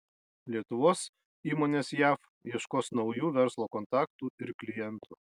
lietuvos įmonės jav ieškos naujų verslo kontaktų ir klientų